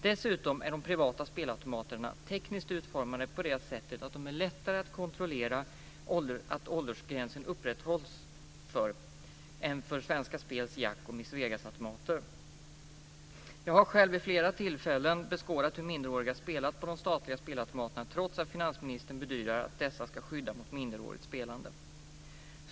Dessutom är de privata spelautomaterna tekniskt utformade så att de är lättare att kontrollera när det gäller hur åldersgränsen upprätthålls än vad Svenska Spels Jack och Miss Vegas-automater är. Jag har själv vid flera tillfällen beskådat hur minderåriga har spelat på de statliga spelautomaterna trots att finansministern bedyrar att de ska skydda mot spel av minderåriga.